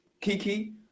Kiki